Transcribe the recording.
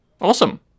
awesome